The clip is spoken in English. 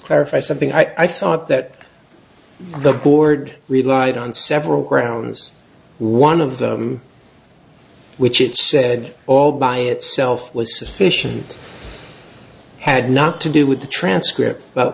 clarify something i thought that the board relied on several grounds one of them which it said all by itself was sufficient had not to do with the transcript but